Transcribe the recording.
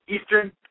Eastern